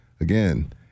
again